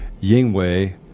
Yingwei